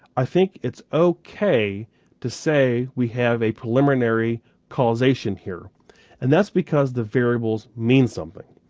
i think it's okay to say we have a preliminary causation here and that's because the variables mean something.